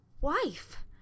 wife